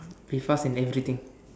be fast in everything